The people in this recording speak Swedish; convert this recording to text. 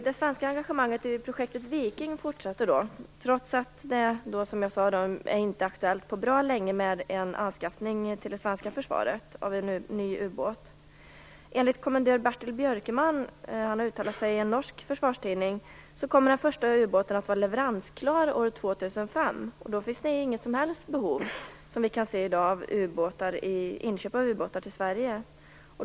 Det svenska engagemanget i projektet Viking fortsätter, trots att det på bra länge inte är aktuellt med en anskaffning av en ny ubåt till det svenska försvaret. Enligt ett uttalande av kommendör Bertil Björkman i en norsk försvarstidning kommer den första ubåten att vara leveransklar år 2005, och då finns det inget som helst behov av inköp av ubåtar till Sverige, enligt vad vi i dag kan se.